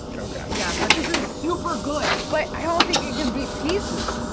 okay. yeah, but this is super good but i don't think it can beat pieces.